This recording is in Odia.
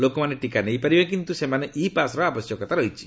ଲୋକମାନେ ଟିକା ନେଇପାରିବେ କିନ୍ତୁ ସେମାନଙ୍କୁ ଇ ପାସ୍ର ଆବଶ୍ୟକତା ରହିଛି